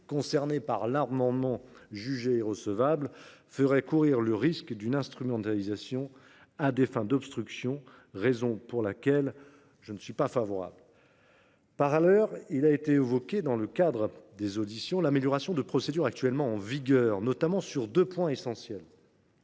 concerné par l’amendement jugé irrecevable – ferait courir le risque d’une instrumentalisation à des fins d’obstruction, raison pour laquelle je n’y suis pas favorable. Par ailleurs, dans le cadre des auditions, l’amélioration des procédures actuellement en vigueur a été évoquée, notamment sur deux points essentiels.